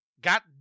got